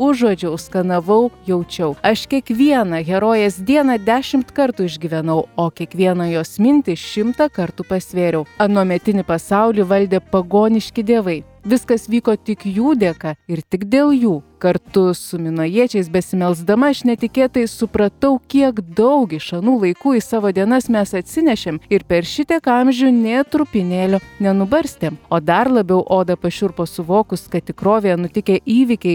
užuodžiau skanavau jaučiau aš kiekvieną herojės dieną dešimt kartų išgyvenau o kiekvieną jos mintį šimtą kartų pasvėriau anuometinį pasaulį valdė pagoniški dievai viskas vyko tik jų dėka ir tik dėl jų kartu su minojiečiais besimelsdama aš netikėtai supratau kiek daug iš anų laikų į savo dienas mes atsinešėm ir per šitiek amžių nė trupinėlio nenubarstėm o dar labiau oda pašiurpo suvokus kad tikrovėje nutikę įvykiai